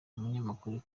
umunyamakuru